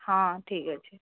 ହଁ ଠିକ୍ ଅଛି